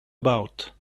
about